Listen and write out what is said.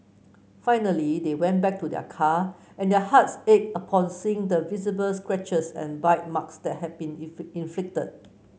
finally they went back to their car and their hearts ached upon seeing the visible scratches and bite marks that had been inflicted